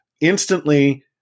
instantly